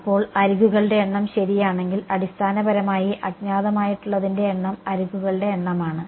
ഇപ്പോൾ അരികുകളുടെ എണ്ണം ശരിയാണെങ്കിൽ അടിസ്ഥാനപരമായി അജ്ഞാതമായിട്ടുള്ളതിന്റെ എണ്ണം അരികുകളുടെ എണ്ണമാണ്